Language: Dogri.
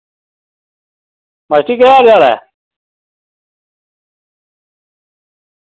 मास्टर जी केह् हाल चाल ऐ